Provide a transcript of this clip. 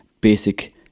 basic